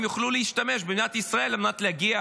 הם יוכלו להשתמש במדינת ישראל על מנת להגיע,